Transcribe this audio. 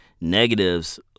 negatives